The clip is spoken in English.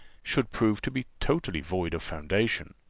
should prove to be totally void of foundation.